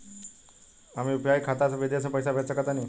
हम यू.पी.आई खाता से विदेश म पइसा भेज सक तानि?